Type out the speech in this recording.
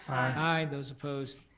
aye. those opposed,